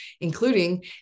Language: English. including